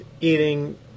eating